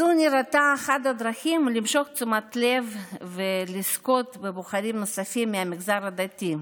זו נראתה אחת הדרכים למשוך תשומת לב ולזכות בבוחרים נוספים מהמגזר הדתי,